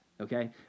okay